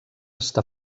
està